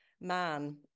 man